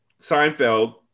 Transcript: Seinfeld